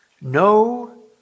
no